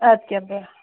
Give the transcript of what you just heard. اَدٕ کیٛاہ بیٚہہ